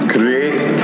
Create